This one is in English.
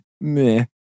meh